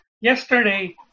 yesterday